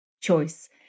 choice